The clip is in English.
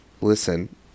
listen